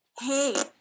Hey